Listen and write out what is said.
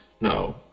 No